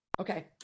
Okay